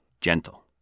gentle